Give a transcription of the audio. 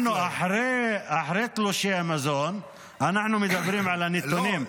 אחרי תלושי המזון אנחנו מדברים על הנתונים.